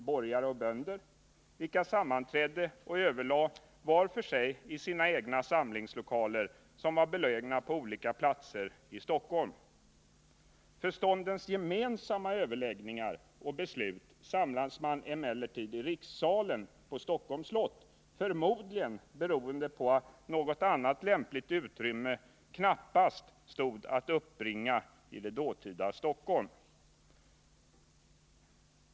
borgare och bönder — vilka sammanträdde och överlade var för sig i sina egna samlingslokaler, som var belägna på olika platser i Stockholm. För ståndens gemensamma överläggningar och beslut samlades man emellertid i rikssalen på Stockholms slott, förmodligen beroende på att något annat lämpligt utrymme knappast stod att uppbringa i det dåtida Stockholm.